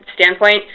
standpoint